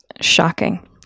Shocking